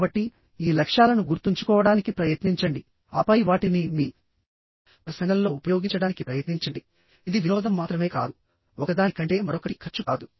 కాబట్టి ఈ లక్ష్యాలను గుర్తుంచుకోవడానికి ప్రయత్నించండిఆపై వాటిని మీ ప్రసంగంలో ఉపయోగించడానికి ప్రయత్నించండి ఇది వినోదం మాత్రమే కాదు ఒకదాని కంటే మరొకటి ఖర్చు కాదు